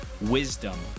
wisdom